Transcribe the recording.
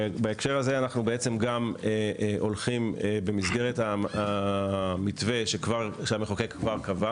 בהקשר הזה אנחנו הולכים במסגרת המתווה שהמחוקק כבר קבע